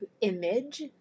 image